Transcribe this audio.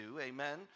Amen